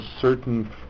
certain